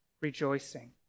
rejoicing